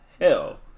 hell